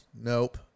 Nope